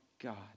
God